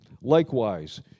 Likewise